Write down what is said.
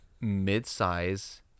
mid-size